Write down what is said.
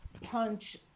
punch